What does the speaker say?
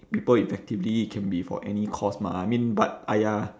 people effectively can be for any cause mah I mean but !aiya!